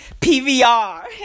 PVR